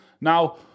Now